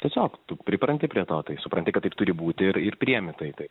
tiesiog tu pripranti prie to tai supranti kad taip turi būti ir ir priimi tai tai